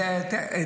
ואתה עדיין בכנסת.